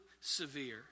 severe